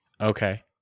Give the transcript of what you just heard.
Okay